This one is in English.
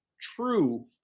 true